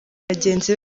bagenzi